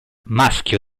maschio